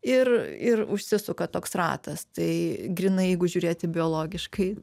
ir ir užsisuka toks ratas tai grynai jeigu žiūrėti biologiškai